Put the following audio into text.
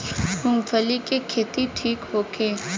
मूँगफली के खेती ठीक होखे?